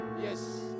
yes